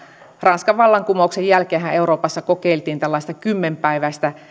ranskan vallanku mouksen jälkeenhän euroopassa kokeiltiin tällaista kymmenpäiväistä